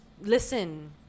Listen